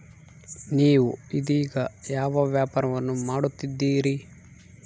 ನೇವು ಇದೇಗ ಯಾವ ವ್ಯಾಪಾರವನ್ನು ಮಾಡುತ್ತಿದ್ದೇರಿ?